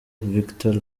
victor